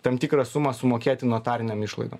tam tikrą sumą sumokėti notarinėm išlaidom